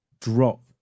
drop